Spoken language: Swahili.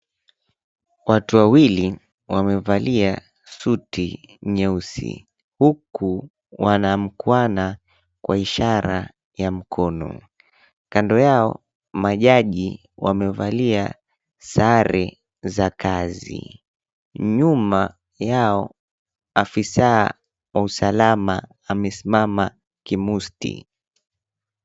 Watu wawili, wamevalia suti nyeusi. Huku wanamkuana kwa ishara ya mkono. Kando yao majaji wamevalia sare za kazi. Nyuma yao, afisa wa usalama amesimama kimusti.